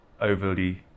overly